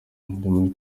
muri